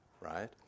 Right